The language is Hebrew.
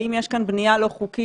האם יש כאן בנייה לא חוקית